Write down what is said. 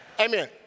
Amen